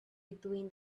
between